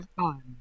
time